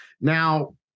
Now